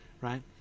right